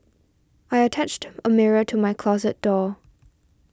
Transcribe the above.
I attached a mirror to my closet door